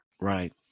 right